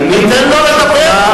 תן לו לדבר.